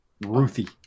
ruthie